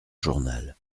journal